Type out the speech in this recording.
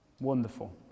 Wonderful